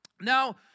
Now